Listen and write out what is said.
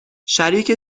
شریک